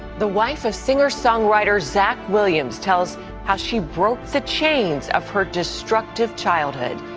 the wife of singer songwriter zach williams tells how she broke the chains of her destructive childhood,